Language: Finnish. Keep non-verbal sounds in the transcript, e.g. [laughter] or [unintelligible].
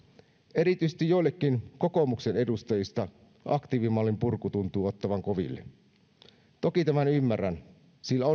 erityisesti joillekin kokoomuksen edustajista aktiivimallin purku tuntuu ottavan koville toki tämän ymmärrän sillä [unintelligible]